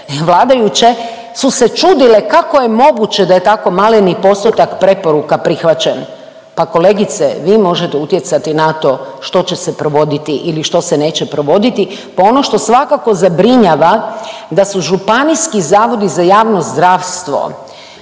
vladajuće su se čudile kako je moguće da je tako maleni postotak preporuka prihvaćen. Pa kolegice, vi možete utjecati na to što će se provoditi ili što se neće provoditi pa ono što svakako zabrinjava da su županijski zavodi za javno zdravstvo